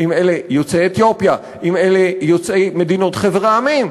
אם אלה יוצאי אתיופיה ואם אלה יוצאי חבר המדינות,